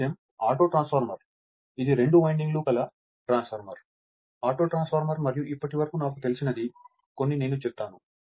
మరొక విషయం auto transformer ఇది రెండు వైండింగ్ లు గల ట్రాన్స్ఫార్మర్ ఆటో ట్రాన్స్ఫార్మర్ మరియు ఇప్పటివరకు నాకు తెలిసినది కొన్ని నేను చెప్పాను